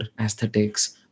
aesthetics